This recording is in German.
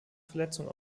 verletzung